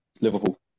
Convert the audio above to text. Liverpool